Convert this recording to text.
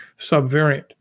subvariant